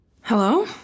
Hello